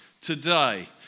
today